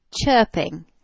chirping